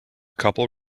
couple